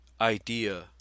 idea